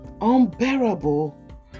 unbearable